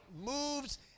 moves